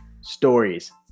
stories